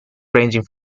ranging